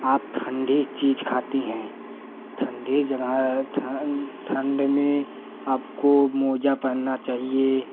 आप ठंडी चीज़ खाती हैं ठंडी जगह ठंड में आपको मोज़ा पहनना चाहिए